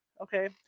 Okay